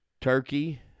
Turkey